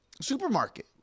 supermarket